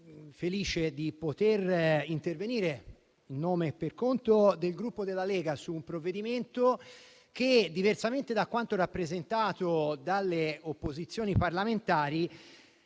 felice di poter intervenire, in nome e per conto del Gruppo Lega, su un provvedimento che, diversamente da quanto rappresentato dalle opposizioni parlamentari,